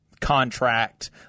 contract